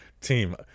team